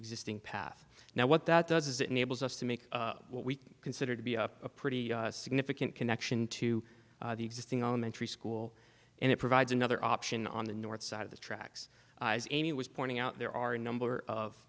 existing path now what that does is it enables us to make what we consider to be a pretty significant connection to the existing elementary school and it provides another option on the north side of the tracks amy was pointing out there are a number of